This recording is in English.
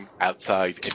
outside